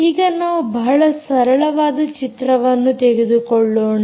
ಈಗ ನಾವು ಬಹಳ ಸರಳವಾದ ಚಿತ್ರವನ್ನು ತೆಗೆದುಕೊಳ್ಳೋಣ